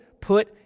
put